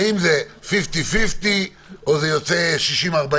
האם זה חצי-חצי או שזה יוצא 60%-40%?